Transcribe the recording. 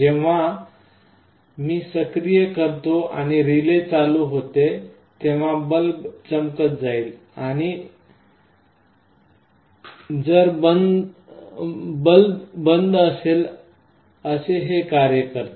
जेव्हा मी सक्रिय करतो आणि रिले चालू होते तेव्हा बल्ब चमकत जाईल आणि जर बल्ब बंद असेल असे हे कार्य करते